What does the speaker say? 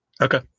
okay